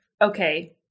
okay